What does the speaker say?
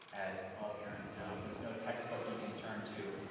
as all parents know. there's no textbook you can turn to,